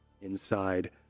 inside